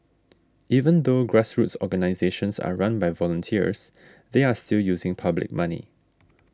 even though grassroots organisations are run by volunteers they are still using public money